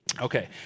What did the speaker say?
Okay